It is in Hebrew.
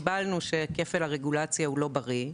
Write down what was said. קיבלנו את זה שכפל הרגולציה הוא לא בריא,